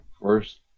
First